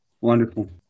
Wonderful